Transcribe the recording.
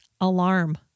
alarm